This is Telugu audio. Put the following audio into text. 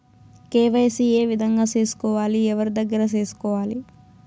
కె.వై.సి ఏ విధంగా సేసుకోవాలి? ఎవరి దగ్గర సేసుకోవాలి?